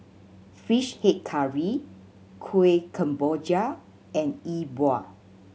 Fish Head Curry Kuih Kemboja and Yi Bua